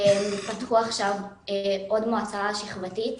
פתחו עכשיו עוד מועצה שכבתית